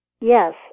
Yes